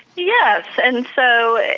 yes. and so,